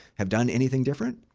have done anything different?